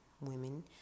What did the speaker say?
women